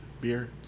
beer